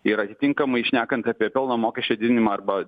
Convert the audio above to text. ir atitinkamai šnekant apie pelno mokesčio didinimą arba